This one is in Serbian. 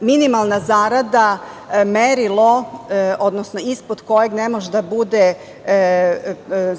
minimalna zarada merilo, odnosno ispod kojeg ne može da bude